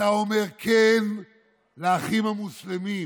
אתה אומר כן לאחים המוסלמים,